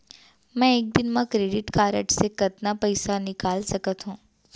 मैं एक दिन म क्रेडिट कारड से कतना पइसा निकाल सकत हो?